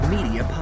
Media